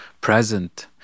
present